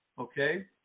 okay